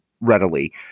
readily